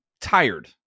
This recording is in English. tired